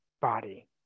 body